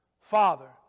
Father